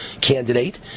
candidate